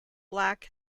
black